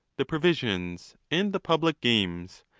the pro visions, and the public games,